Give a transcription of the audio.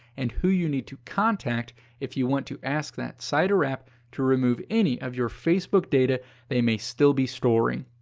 and who you need to contact if you want to ask that site or app to remove any of your facebook data they may still be storing.